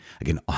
again